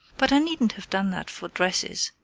but i needn't have done that for dresses.